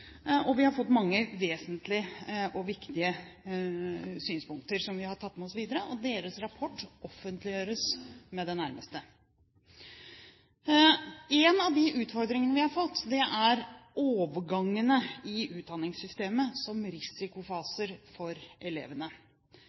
Vi har fått mange vesentlige og viktige synspunkter som vi har tatt med oss videre, og deres rapport offentliggjøres med det første. En av de utfordringene vi har fått, er overgangene i utdanningssystemet som risikofaser for elevene.